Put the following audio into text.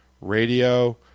radio